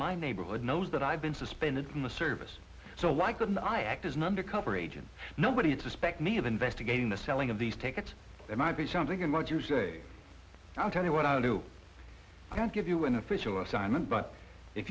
my neighborhood knows that i've been suspended from the service so why couldn't i act as number coverage and nobody had suspect me of investigating the selling of these tickets they might be something in what you say i'll tell you what i'll do i'll give you an official assignment but if